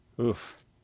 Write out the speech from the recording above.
Oof